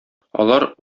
алар